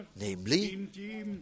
namely